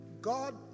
God